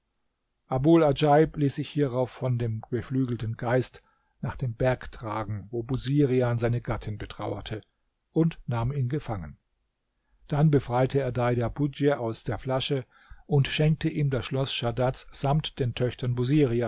adjaib ließ sich hierauf von dem beflügelten geist nach dem berg tragen wo busirian seine gattin betrauerte und nahm ihn gefangen dann befreite er deidabudj aus der flasche und schenkte ihm das schloß schadads samt den töchtern